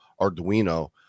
Arduino